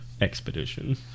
Expedition